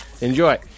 Enjoy